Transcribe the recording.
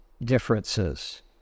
differences